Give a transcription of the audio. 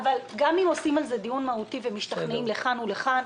אם עושים על זה דיון מהותי ומשתכנעים לכאן ולכאן,